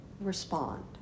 respond